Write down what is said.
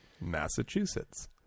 Massachusetts